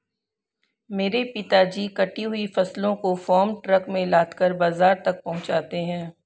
मेरे पिताजी कटी हुई फसलों को फार्म ट्रक में लादकर बाजार तक पहुंचाते हैं